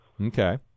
Okay